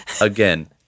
Again